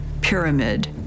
pyramid